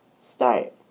start